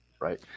right